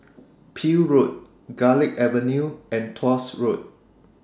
Peel Road Garlick Avenue and Tuas Road